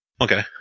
Okay